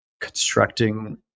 constructing